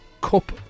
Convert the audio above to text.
cup